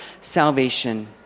salvation